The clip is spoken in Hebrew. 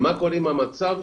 מה קורה עם מצבה?